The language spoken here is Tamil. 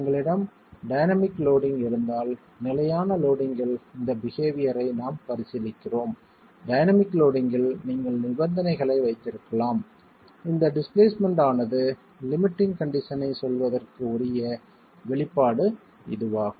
உங்களிடம் டைனமிக் லோடிங் இருந்தால் நிலையான லோடிங்ல் இந்த பிஹேவியர் ஐ நாம் பரிசீலிக்கிறோம் டைனமிக் லோடிங்கில் நீங்கள் நிபந்தனைகளை வைத்திருக்கலாம் இந்த டிஸ்பிளேஸ்மென்ட் ஆனது லிமிடிங் கண்டிஷன் ஐ சொல்வதற்கு உரிய வெளிப்பாடு இதுவாகும்